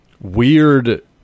weird